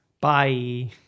Bye